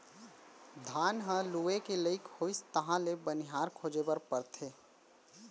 धान ह लूए के लइक होइस तहाँ ले बनिहार खोजे बर परथे